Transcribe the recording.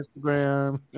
Instagram